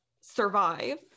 survive